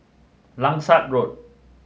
Langsat Road